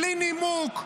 בלי נימוק,